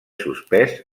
suspès